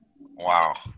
Wow